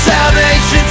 Salvation